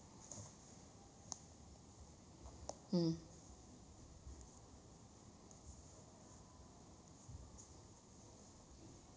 mm